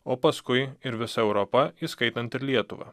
o paskui ir visa europa įskaitant ir lietuvą